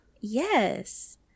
Yes